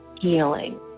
healing